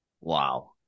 Wow